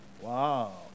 Wow